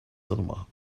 cinema